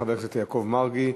חבר הכנסת יעקב מרגי,